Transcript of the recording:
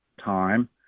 time